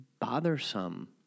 bothersome